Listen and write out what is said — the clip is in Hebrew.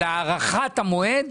הארכת המועד